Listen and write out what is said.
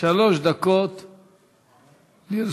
שלוש דקות לרשותך.